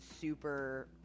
super